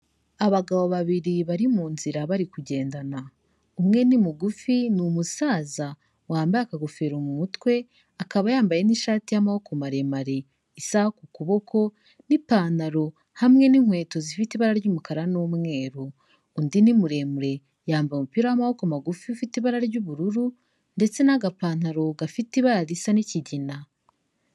Abagabo babiri bari mu nzira bari kugendana, umwe ni mugufi, ni umusaza wambaye akagofero mu mutwe, akaba yambaye n'ishati y'amaboko maremare, isaku ku kuboko n'ipantaro, hamwe n'inkweto zifite ibara ry'umukara n'umweru. Undi ni muremure, yambaye umupira w'amaboko magufi ufite ibara ry'ubururu, ndetse n'agapantaro gafite ibara risa n'ikigina.